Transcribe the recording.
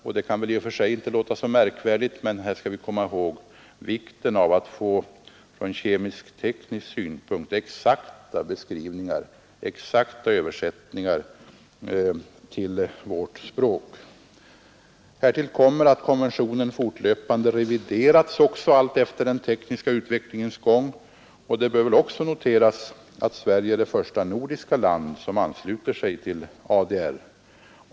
Det låter kanske i och för sig inte så märkvärdigt, men då skall vi komma ihåg att det är oerhört viktigt att få från kemisk-teknisk synpunkt exakta beskrivningar och exakta översättningar till vårt språk. Härtill kommer att även konventionen fortlöpande har reviderats alltefter den tekniska utvecklingens gång. Det bör också noteras att Sverige är det första nordiska land som ansluter sig till ADR.